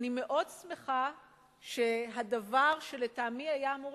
אני מאוד שמחה שהדבר שלטעמי היה אמור